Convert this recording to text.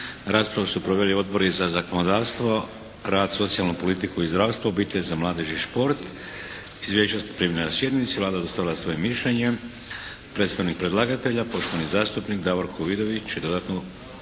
Raspravu su proveli Odbori za zakonodavstvo, rad, socijalnu politiku i zdravstvo, obitelj, za mladež i šport. Izvješća ste primili na sjednici. Vlada je dostavila svoje mišljenje. Predstavnik predlagatelja poštovani zastupnik Davorko Vidović će dodatno